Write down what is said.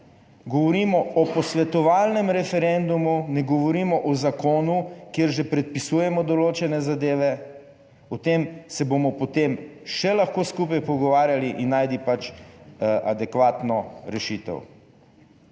Govorimo o posvetovalnem referendumu, ne govorimo o zakonu, kjer že predpisujemo določene zadeve, o tem se bomo potem še lahko skupaj pogovarjali in najti pač adekvatno rešitev.